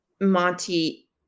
Monty